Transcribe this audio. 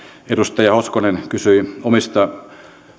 edustaja hoskonen kysyi omista